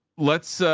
let's, ah,